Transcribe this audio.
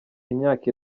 imyaka